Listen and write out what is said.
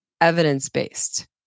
evidence-based